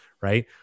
right